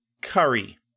Curry